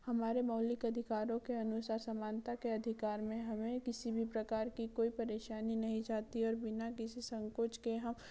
हमारे मौलिक अधिकारों के अनुसार समानता के अधिकार में हमें किसी भी प्रकार की कोई परेशानी नहीं चाहती है और बिना किसी संकोच के हम